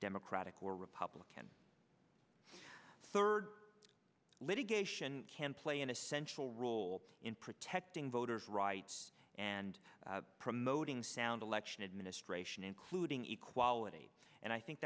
democratic were public and third litigation can play an essential role in protecting voters rights and promoting sound election administration including equality and i think